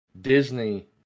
Disney